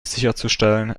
sicherzustellen